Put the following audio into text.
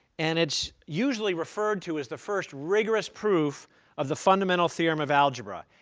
and it's usually referred to as the first rigorous proof of the fundamental theorem of algebra.